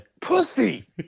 pussy